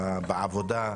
בעבודה,